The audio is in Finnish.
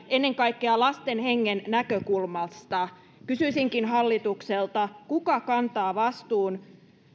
ennen kaikkea lasten hengen näkökulmasta kysyisinkin hallitukselta kuka kantaa vastuun